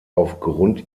aufgrund